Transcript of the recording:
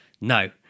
no